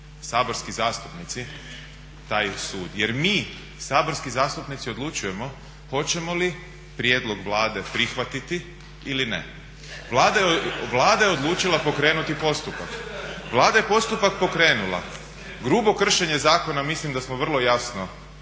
saborski zastupnici taj sud. Jer mi saborski zastupnici odlučujemo hoćemo li prijedlog Vlade prihvatiti ili ne. Vlada je odlučila pokrenuti postupak, Vlada je postupak pokrenula. Grubo kršenje zakona mislim da smo vrlo jasno